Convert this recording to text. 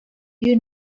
you